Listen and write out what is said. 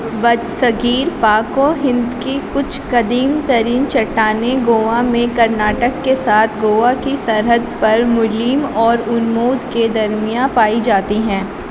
بر صغیر پاک و ہند کی کچھ قدیم ترین چٹانیں گوا میں کرناٹک کے ساتھ گوا کی سرحد پر مولیم اور انمود کے درمیاں پائی جاتی ہیں